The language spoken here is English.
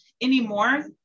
anymore